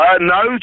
No